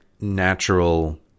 natural